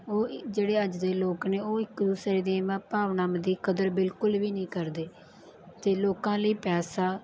ਉਹ ਜਿਹੜੇ ਅੱਜ ਦੇ ਲੋਕ ਨੇ ਉਹ ਇੱਕ ਦੂਸਰੇ ਦੇ ਇਨ੍ਹਾਂ ਭਾਵਨਾਵਾਂ ਦੀ ਕਦਰ ਬਿਲਕੁਲ ਵੀ ਨਹੀਂ ਕਰਦੇ ਅਤੇ ਲੋਕਾਂ ਲਈ ਪੈਸਾ